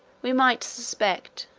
we might suspect,